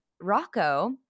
Rocco